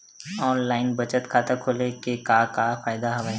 online बचत खाता खोले के का का फ़ायदा हवय